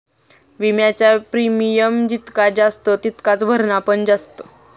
विम्याचा प्रीमियम जितका जास्त तितकाच भरणा पण जास्त